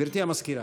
(קוראת בשמות חברי הכנסת)